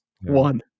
One